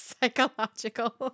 Psychological